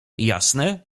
jasne